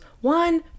one